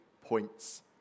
points